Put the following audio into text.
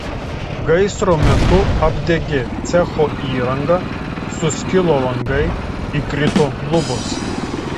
gaisro metu apdegė cecho įranga suskilo langai įkrito lubos